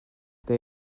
they